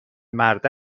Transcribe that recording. مرده